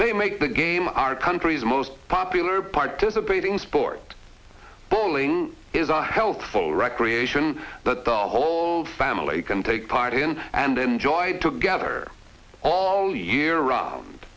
they make the game our country's most popular participating sport bowling is a helpful recreation that our whole family can take part in and enjoy together all year round